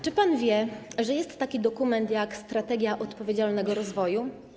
Czy pan wie, że jest taki dokument jak „Strategia na rzecz odpowiedzialnego rozwoju”